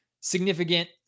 significant